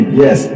yes